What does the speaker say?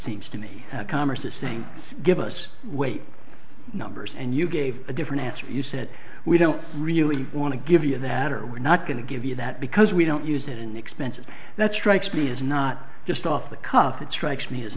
seems to me commerce is saying give us wait numbers and you gave a different answer you said we don't really want to give you that or we're not going to give you that because we don't use it inexpensive that strikes me as not just off the cuff it strikes me